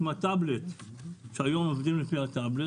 בטאבלט שהיום עובדים לפי הטאבלט,